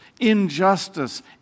injustice